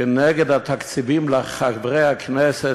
נגד התקציבים לחברי הכנסת,